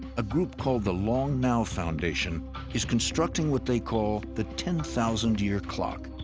a group called the long now foundation is constructing what they call the ten thousand year clock.